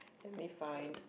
let me find